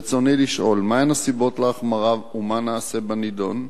רצוני לשאול: 1. מה הן הסיבות להחמרה ומה נעשה בנדון?